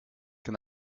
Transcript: can